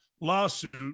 lawsuit